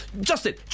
Justin